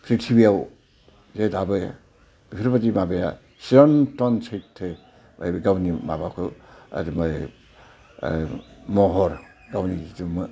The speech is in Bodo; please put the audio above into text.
पृथ्बिआव जे दाबो बेफोरबायदि माबाया सिरन्त'न सैथो बे गावनि माबाखो महर गावनि जितु